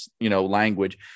language